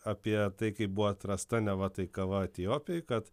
apie tai kaip buvo atrasta neva tai kava etiopijoj kad